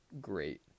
great